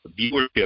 viewership